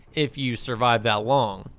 if you survived that long.